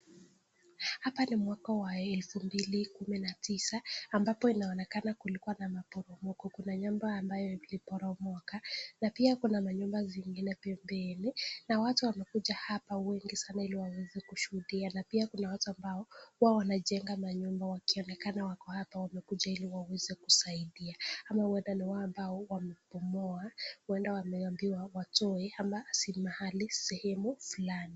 hapa ni mwaka wa elfu mbili kumi na tisa, ambapo inaonekana kulikuwa na mporomoko. Kuna nyumba ambaye iliporomoka, na pia kuna manyumba zingine pembeni na watu wamekuja hapa wengi iliwaweze kushuhudia na pia kuna watu ambao wao wanajenga manyuma wakionekana wako hapo wakuje ili waweze kusaidia ama uenda ni wale ambao wamepumua uenda wameambiwa watowe ama sehemu fulani.